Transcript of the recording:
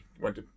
went